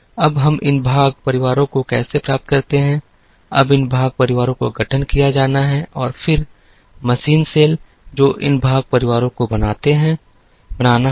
अब हम इन भाग परिवारों को कैसे प्राप्त करते हैं अब इन भाग परिवारों का गठन किया जाना है और फिर मशीन सेल जो इन भाग परिवारों को बनाते हैं बनाना होगा